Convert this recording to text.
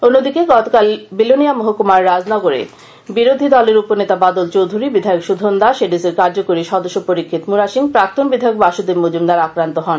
অন্যদিকে গতকাল বিলোনিয়া মহকুমার রাজনগরে সাংসদ শঙ্কর প্রসাদ দত্ত বিরোধী দলের উপনেতা বদল চৌধুরী বিধায়ক সুধন দাস এডিসি র কার্যকরী সদস্য পরীষ্ফিৎ মুড়াসিং প্রাক্তন বিধায়ক বাসুদেব মজুমদার আক্রান্ত হন